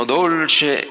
dolce